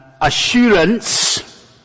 Assurance